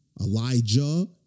Elijah